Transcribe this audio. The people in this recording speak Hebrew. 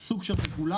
זה סוג של רגולציה.